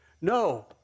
No